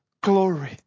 glory